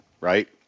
right